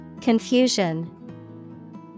Confusion